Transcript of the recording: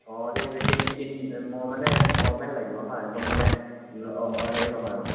অঁ ঠিক আছে কিন্তু কিন্তু মই মানে ফৰ্মেল লাগিব হাঁ একদম মানে অঁ অঁ হেৰিও নহয় আৰু